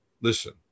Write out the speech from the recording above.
Listen